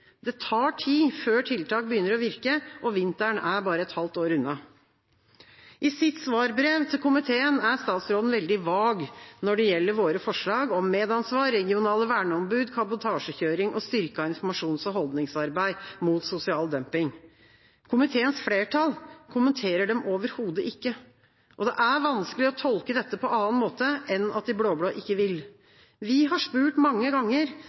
Det tar tid før tiltak begynner å virke. Vinteren er bare et halvt år unna. I sitt svarbrev til komiteen er statsråden veldig vag når det gjelder våre forslag om medansvar, regionale verneombud, kabotasjekjøring og styrket informasjons- og holdningsarbeid mot sosial dumping. Komiteens flertall kommenterer dem overhodet ikke. Det er vanskelig å tolke dette på annen måte enn at de blå-blå ikke vil. Vi har spurt mange ganger: